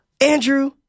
Andrew